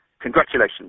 Congratulations